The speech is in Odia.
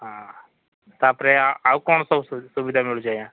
ହଁ ତାପରେ ଆଉ କ'ଣ ସବୁ ସୁବିଧା ମିଳୁଛି ଆଜ୍ଞା